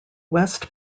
west